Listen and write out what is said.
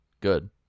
Good